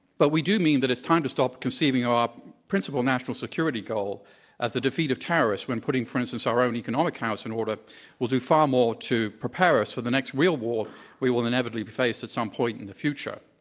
but we do mean that it's time to stop conceiving our principle national security goal as the defeat of terrorists when putting, for instance, our own economic house in order will do far more to prepare us for the next real war we'll inevitably face at some point in the future.